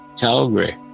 Calgary